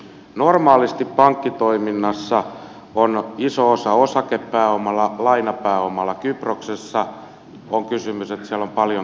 normaalisti pankkitoiminnassa on iso osa osakepääomalla lainapääomalla kyproksessa on kysymys siitä että siellä on paljon talletuksia